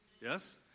Yes